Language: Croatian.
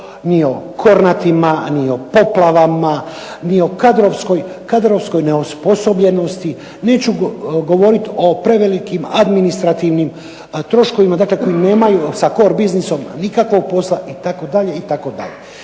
ni o Kornatima ni o poplavama ni o kadrovskoj neosposobljenosti, neću govoriti o prevelikim administrativnim troškovima, dakle koji nemaju sa Cor biznisom nikakvom posla itd.,